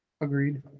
Agreed